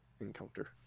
encounter